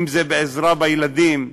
אם זה בעזרה לילדים.